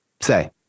say